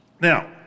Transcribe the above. Now